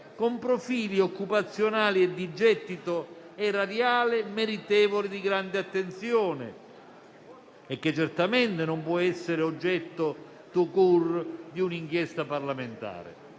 con profili occupazionali e di gettito erariale meritevoli di grande attenzione e certamente non può essere oggetto *tout court* di un'inchiesta parlamentare